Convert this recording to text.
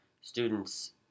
students